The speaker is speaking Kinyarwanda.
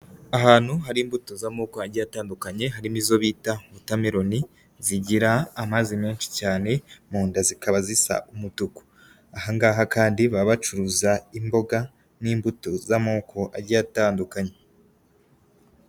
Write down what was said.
Ahantu hari imbuto z'amoko agiye atandukanye, harimo izo bita wotameloni zigira amazi menshi cyane mu nda zikaba zisa umutuku, aha ngaha kandi baba bacuruza imboga n'imbuto z'amoko agiye atandukanye.